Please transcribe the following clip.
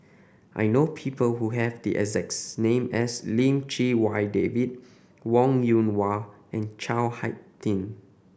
I know people who have the exacts name as Lim Chee Wai David Wong Yoon Wah and Chao Hick Tin